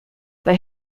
they